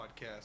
podcast